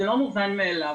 זה לא מובן מאליו.